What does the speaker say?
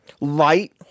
light